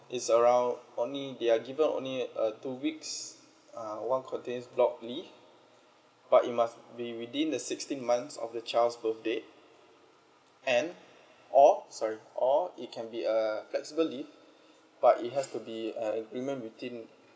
it's around only they're given only uh two weeks uh one contains block leave but it must be within the sixteen months of the child's birthdate and or sorry or it can be uh flexible leave but it has to be uh agreement within